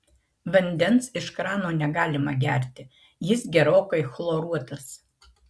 vandens iš krano negalima gerti jis gerokai chloruotas